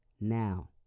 now